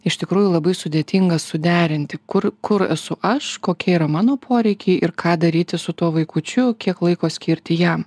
iš tikrųjų labai sudėtinga suderinti kur kur esu aš kokie yra mano poreikiai ir ką daryti su tuo vaikučiu kiek laiko skirti jam